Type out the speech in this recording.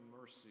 mercy